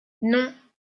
non